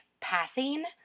Passing